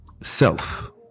Self